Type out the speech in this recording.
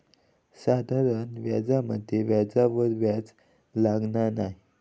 साधारण व्याजामध्ये व्याजावर व्याज लागना नाय